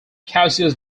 cassius